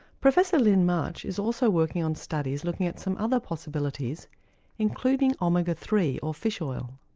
professor lyn march is also working on studies looking at some other possibilities including omega three or fish oil.